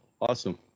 awesome